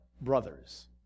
brothers